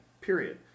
Period